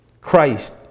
Christ